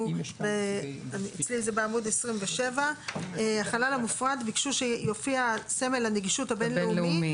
אצלי זה בעמוד 27. ביקשו שיופיע סמל הנגישות הבין לאומי.